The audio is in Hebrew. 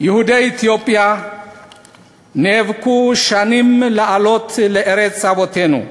יהודי אתיופיה נאבקו שנים לעלות לארץ אבותינו.